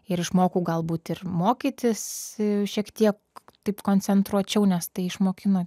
ir išmokau galbūt ir mokytis šiek tiek taip koncentruočiau nes tai išmokino